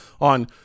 on